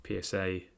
PSA